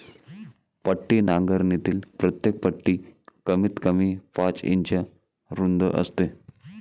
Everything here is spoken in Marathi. पट्टी नांगरणीतील प्रत्येक पट्टी कमीतकमी पाच इंच रुंद असते